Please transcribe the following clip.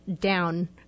down